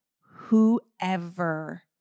whoever